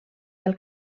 del